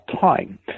time